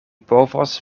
povos